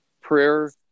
prayer